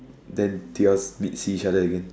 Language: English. then did you all meet see each other again